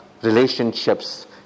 relationships